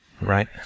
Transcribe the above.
Right